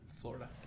Florida